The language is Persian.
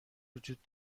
وجود